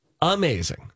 amazing